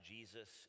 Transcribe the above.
Jesus